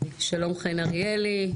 שלום חן אריאלי,